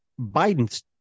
Biden's